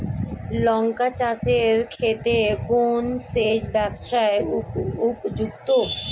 লঙ্কা চাষের ক্ষেত্রে কোন সেচব্যবস্থা উপযুক্ত?